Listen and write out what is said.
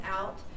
out